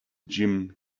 jim